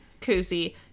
koozie